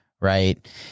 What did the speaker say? right